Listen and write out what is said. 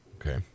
Okay